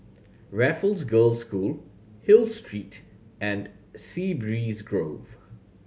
Raffles Girls' School Hill Street and Sea Breeze Grove